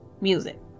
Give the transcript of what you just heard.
music